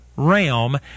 realm